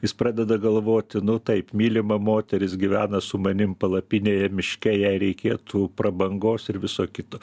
jis pradeda galvoti nu taip mylima moteris gyvena su manim palapinėje miške jai reikėtų prabangos ir viso kito